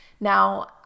Now